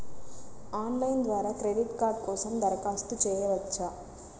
Online ద్వారా credit card కోసం దరఖాస్తు చేయవచ్చా?